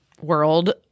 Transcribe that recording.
world